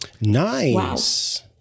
nice